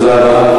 תודה רבה.